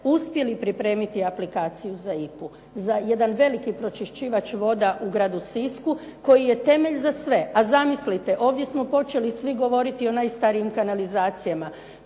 uspjeli pripremiti aplikaciju za IPA-u, za jedan veliki pročiščivač voda u Gradu Sisku koji je temelj za sve. A zamislite, ovdje smo počeli svi govoriti o najstarijim kanalizacijama.